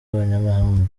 abanyamahanga